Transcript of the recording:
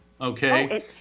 Okay